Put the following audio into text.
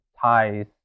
ties